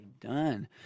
done